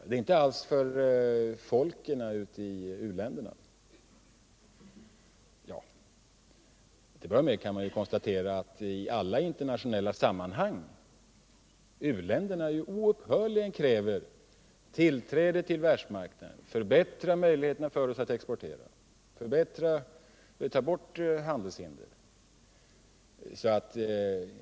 Det är inte för folken ute i u-länderna. Till att börja med kan man konstatera att i alla internationella sammanhang u-länder oupphörligen kräver tillträde till världsmarknaden, förbättrade möjligheter att exportera, att handelshinder tas bort.